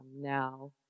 now